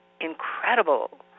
incredible